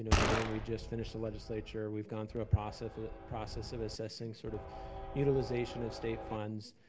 knowing we just finished the legislature, we've gone through a process process of assessing sort of utilization of state funds.